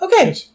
Okay